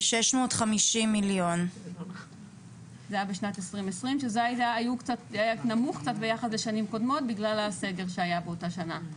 שזה היה נמוך קצת ביחס לשנים קודמות בגלל הסגר שהיה באותה שנה.